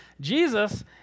Jesus